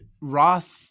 ross